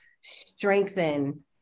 strengthen